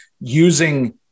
using